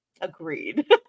Agreed